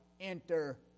enter